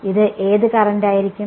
ഇത് ഏത് കറന്റ് ആയിരിക്കും